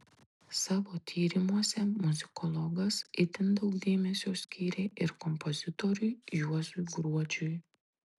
savo tyrimuose muzikologas itin daug dėmesio skyrė ir kompozitoriui juozui gruodžiui